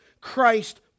Christ